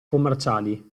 commerciali